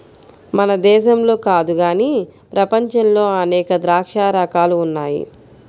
మన దేశంలో కాదు గానీ ప్రపంచంలో అనేక ద్రాక్ష రకాలు ఉన్నాయి